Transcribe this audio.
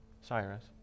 Cyrus